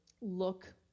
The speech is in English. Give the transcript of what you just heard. look